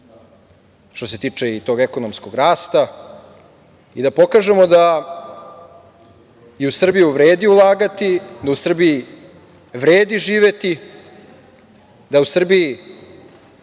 što se tiče i tog ekonomskog rasta, i da pokažemo da i u Srbiju vredi ulagati, da u Srbiji vredi živeti, da u Srbiji